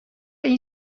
این